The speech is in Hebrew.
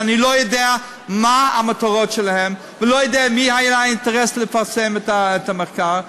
שאני לא יודע מה המטרות שלהן ולא יודע למי היה אינטרס לפרסם את המחקר,